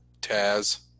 Taz